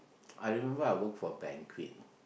I remember I work for banquet